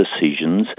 decisions